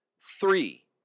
three